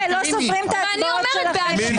מי נמנע?